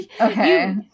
Okay